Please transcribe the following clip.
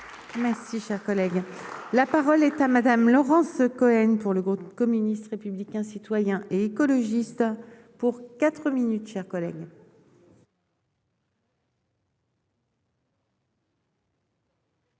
Merci, cher collègue, la parole. Madame Laurence Cohen pour le groupe communiste, républicain, citoyen et écologiste pour quatre minutes chers collègues.